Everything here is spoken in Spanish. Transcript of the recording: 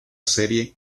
serie